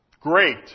great